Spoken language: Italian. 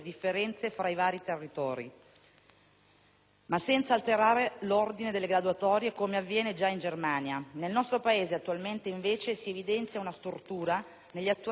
ma senza alterare l'ordine delle graduatorie, come avviene già in Germania. Nel nostro Paese attualmente, invece, si evidenzia una stortura negli attuali strumenti di solidarietà interregionale